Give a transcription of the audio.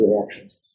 reactions